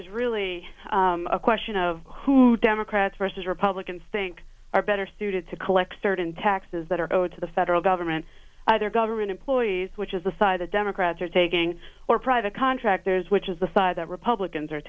is really a question of who democrats versus republicans think are better suited to collect certain taxes that are owed to the federal government other government employees which is the side the democrats are taking or private contractors which is the saw the republicans are